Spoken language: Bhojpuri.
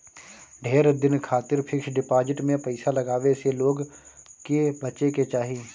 ढेर दिन खातिर फिक्स डिपाजिट में पईसा लगावे से लोग के बचे के चाही